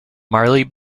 marley